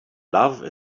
love